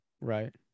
Right